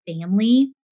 family